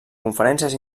conferències